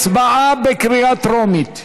הצבעה בקריאה טרומית.